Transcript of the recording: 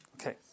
Okay